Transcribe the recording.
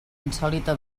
insòlita